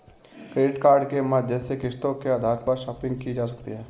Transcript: credit card के माध्यम से किस्तों के आधार पर शापिंग की जा सकती है